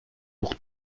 pour